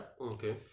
Okay